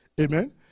Amen